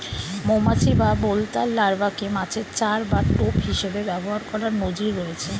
মৌমাছি বা বোলতার লার্ভাকে মাছের চার বা টোপ হিসেবে ব্যবহার করার নজির রয়েছে